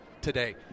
today